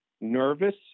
nervous